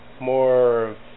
more